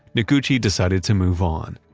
noguchi decided to move on.